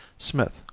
smith,